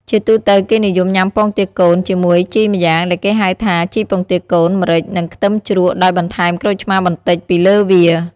ជាទូទៅគេនិយមញុាំពងទាកូន ជាមួយជីម្យ៉ាងដែលគេហៅថាជីពងទាកូន ម្រេច និងខ្ទឹមជ្រក់ដោយបន្ថែមក្រូចឆ្មាបន្តិចពីលើវា។